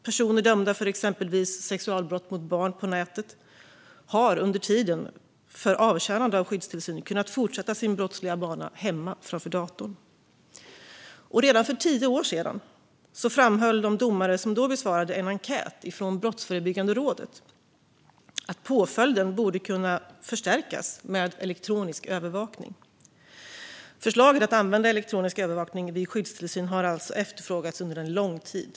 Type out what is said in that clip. Personer som dömts för exempelvis sexualbrott mot barn på nätet har under tiden för avtjänande av skyddstillsyn kunnat fortsätta sin brottsliga bana hemma framför datorn. Redan för tio år sedan framhöll de domare som då besvarade en enkät från Brottsförebyggande rådet att påföljden borde kunna förstärkas med elektronisk övervakning. Elektronisk övervakning vid skyddstillsyn har alltså efterfrågats under lång tid.